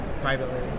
privately